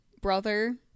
brother